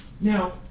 Now